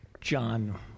John